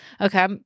Okay